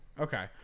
Okay